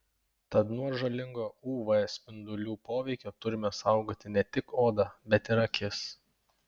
tad nuo žalingo uv spindulių poveikio turime saugoti ne tik odą bet ir akis